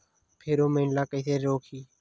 Pheromone ला कइसे रोकही?